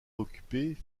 occupés